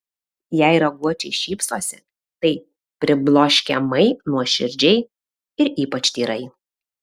jei raguočiai šypsosi tai pribloškiamai nuoširdžiai ir ypač tyrai